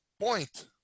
point